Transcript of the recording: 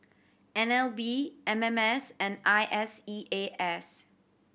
N L B M M S and I S E A S